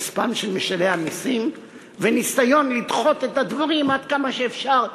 וכספם של משלמי המסים וניסיון לדחות את הדברים עד כמה שאפשר,